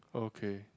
okay